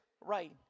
right